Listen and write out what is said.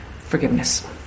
Forgiveness